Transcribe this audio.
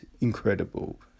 incredible